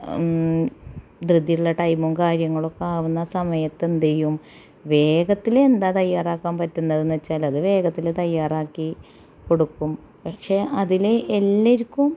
ധൃതിയുള്ള ടൈമും കാര്യങ്ങളൊക്കെ ആവുന്ന സമയത്ത് എന്ത് ചെയ്യും വേഗത്തില് എന്താ തയ്യാറാക്കാന് പറ്റുന്നത് എന്ന് വെച്ചാലത് വേഗത്തില് തയ്യാറാക്കി കൊടുക്കും പക്ഷെ അതില് എല്ലാവർക്കും